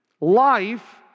Life